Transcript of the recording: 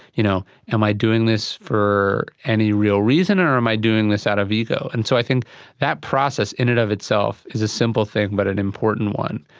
you know, am i doing this for any real reason or um i doing this out of ego? and so i think that process in and of itself is a simple thing but an important one.